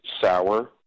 sour